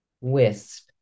Wisp